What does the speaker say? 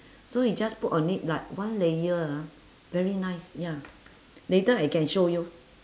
so you just put on it like one layer ah very nice ya later I can show you